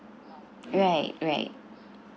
right right